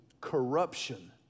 corruption